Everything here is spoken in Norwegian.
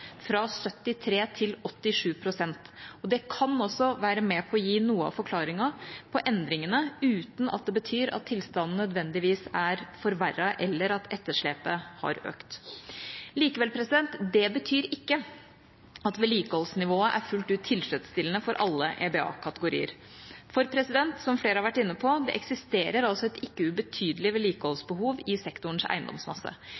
fra 73 pst. til 87 pst. Det kan være med på å gi noe av forklaringen på endringene uten at det betyr at tilstanden nødvendigvis er forverret, eller at etterslepet har økt. Likevel betyr det ikke at vedlikeholdsnivået er fullt ut tilfredsstillende for alle EBA-kategorier, for, som flere har vært inne på, eksisterer det et ikke ubetydelig